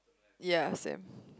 ya same